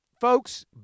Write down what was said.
folks